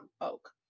Oak